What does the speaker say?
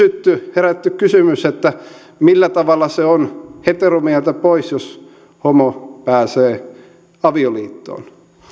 herätetty kysymys että millä tavalla se on heteromieheltä pois jos homo pääsee avioliittoon